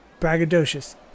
braggadocious